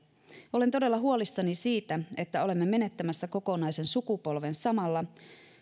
olen todella huolissani siitä että olemme menettämässä kokonaisen sukupolven samalla